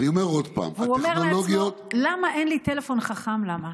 והוא אומר לעצמו: למה אין לי טלפון חכם, למה.